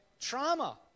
trauma